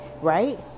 right